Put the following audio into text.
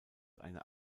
eine